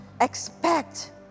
expect